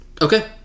Okay